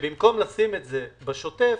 שבמקום לשים את זה בשוטף,